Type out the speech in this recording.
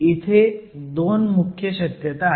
इथे 2 मुख्य शक्यता आहेत